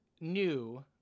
new